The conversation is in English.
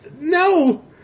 No